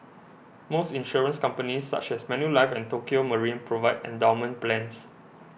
most insurance companies such as Manulife and Tokio Marine provide endowment plans